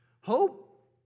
Hope